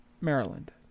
Maryland